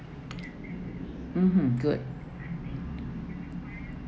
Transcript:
mmhmm good